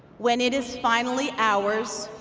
when it is finally ours,